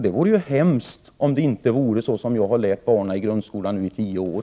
Det vore ju hemskt, om det inte förhåller sig så som jag har lärt barnen i grundskolan nu i tio år!